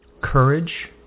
courage